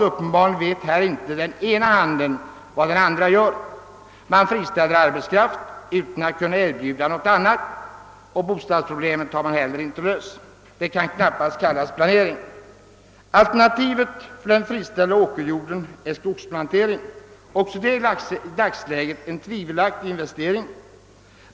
Uppenbarligen vet inte den ena handen vad den andra gör. Man friställer arbetskraft utan att kunna erbjuda något annat, och bostadsproblemet har man heller inte löst. Detta kan knappast kallas planering. Alternativet för den friställda åkerjorden är skogsplantering — också den i dagsläget en tvivelaktig investering.